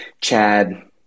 Chad